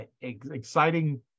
exciting